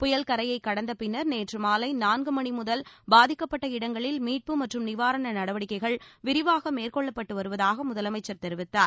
புயல் கரையைக் கடந்த பின்னர் நேற்று மாலை நான்கு மணிமுதல் பாதிக்கப்பட்ட இடங்களில் மீட்பு மற்றும் நிவாரண நடவடிக்கைள் விரிவாக மேற்கொள்ளப்பட்டு வருவதாக முதலமைச்சர் தெரிவித்தார்